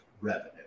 revenue